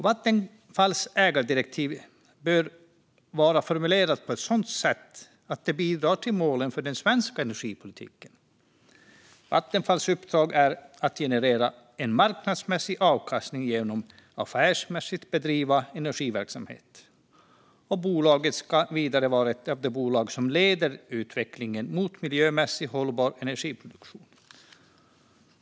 Vattenfalls ägardirektiv bör vara formulerat på ett sådant sätt att det bidrar till målen för den svenska energipolitiken. Vattenfalls uppdrag är att generera en marknadsmässig avkastning genom att affärsmässigt bedriva energiverksamhet. Bolaget ska vidare vara ett av de bolag som leder utvecklingen mot miljömässigt hållbar energiproduktion.